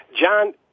John